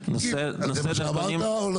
הוא לא